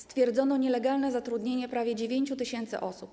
Stwierdzono nielegalne zatrudnienie prawie 9 tys. osób.